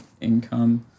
income